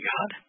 God